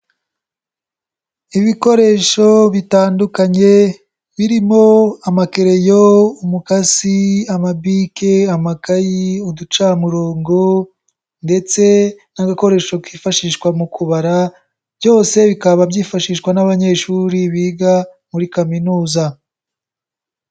Ibikoresho bitandukanye birimo amakereyo, umukasi, amabike, amakayi, uducamurongo ndetse n'agakoresho kifashishwa mu kubara byose bikaba byifashishwa n'abanyeshuri biga muri kaminuza.